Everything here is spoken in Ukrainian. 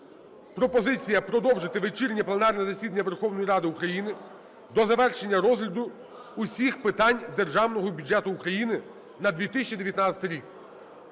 пропозиція продовжити вечірнє пленарне засідання Верховної Ради України до завершення розгляду усіх питань Державного бюджету України на 2019 рік.